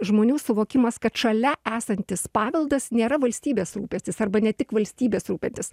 žmonių suvokimas kad šalia esantis paveldas nėra valstybės rūpestis arba ne tik valstybės rūpentis